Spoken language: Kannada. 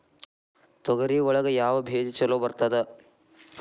ತೊಗರಿ ಒಳಗ ಯಾವ ಬೇಜ ಛಲೋ ಬರ್ತದ?